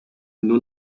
nur